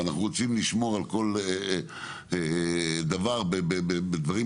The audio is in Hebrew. ואנחנו רוצים לשמור על דברים בצורה